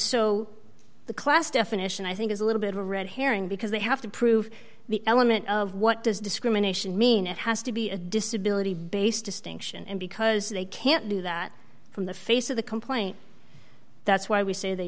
so the class definition i think is a little bit of a red herring because they have to prove the element of what does discrimination mean it has to be a disability based distinction and because they can't do that from the face of the complaint that's why we say they